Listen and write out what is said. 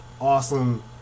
Awesome